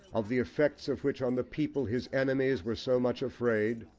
of the effects of which on the people his enemies were so much afraid,